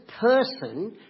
person